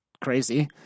crazy